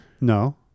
no